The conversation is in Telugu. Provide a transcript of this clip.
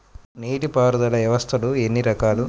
నీటిపారుదల వ్యవస్థలు ఎన్ని రకాలు?